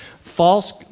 false